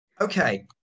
Okay